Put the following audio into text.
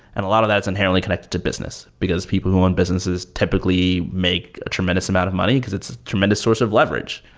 and a lot of that is inherently connected to business, because people who own businesses typically make a tremendous amount of money, because it's a tremendous source of leverage.